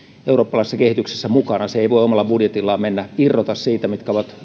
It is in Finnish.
eurooppalaisessa kehityksessä mukana se ei voi omalla budjetillaan irrota siitä mitkä ovat